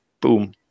boom